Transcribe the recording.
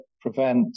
Prevent